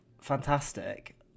fantastic